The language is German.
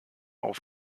auf